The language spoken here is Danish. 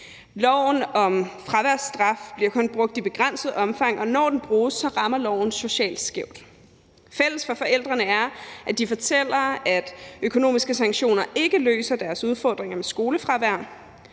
Loven om fraværsstraf bliver kun brugt i begrænset omfang, og når den bruges, rammer loven socialt skævt. Fælles for forældrene er, at de fortæller, at økonomiske sanktioner ikke løser deres udfordringer med skolefravær.